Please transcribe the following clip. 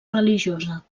religiosa